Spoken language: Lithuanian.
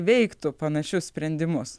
veiktų panašius sprendimus